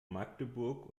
magdeburg